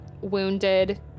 wounded